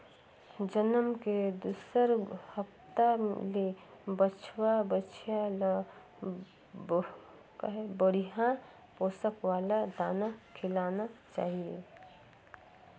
जनम के दूसर हप्ता ले बछवा, बछिया ल बड़िहा पोसक वाला दाना खिलाना चाही